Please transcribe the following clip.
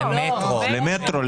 לא, למטרו.